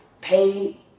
pay